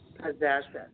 Possession